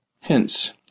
Hence